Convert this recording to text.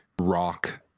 rock